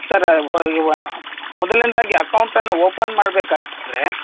ಸರ ಮೊದಲನೇದಾಗಿ ಅಕೌಂಟನ್ನು ಓಪನ್ ಮಾಡಬೇಕಾದ್ರೆ